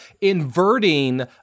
inverting